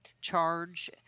charge